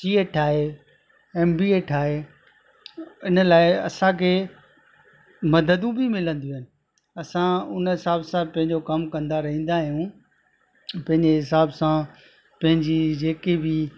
C A ठाहे M B A ठाहे हिन लाइ असांखे मददू बि मिलंदी असां हुन हिसाब सां पंहिंजो कमु कंदा रहंदा आहियूं पंहिंजे हिसाब सां पंहिंजी जे के बि